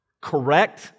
correct